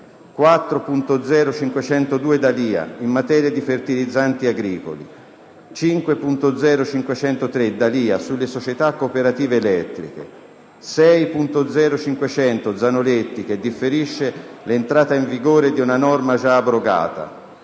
4.0.502 D'Alia, in materia di fertilizzanti agricoli; 5.0.503 D'Alia, sulle società cooperative elettriche; 6.0.500 Zanoletti, che differisce 1'entrata in vigore di una norma già abrogata;